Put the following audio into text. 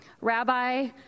Rabbi